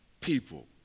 people